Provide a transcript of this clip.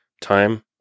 Time